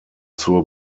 zur